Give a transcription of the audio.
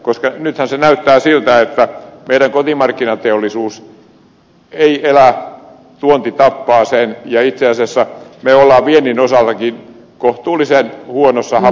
nythän näyttää siltä että meidän kotimarkkinateollisuus ei elä tuonti tappaa sen ja itse asiassa me olemme viennin osaltakin kohtuullisen huonossa hapessa